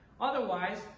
otherwise